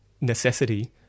necessity